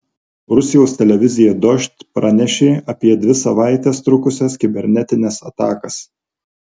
rusijos televizija dožd pranešė apie dvi savaites trukusias kibernetines atakas